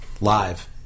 Live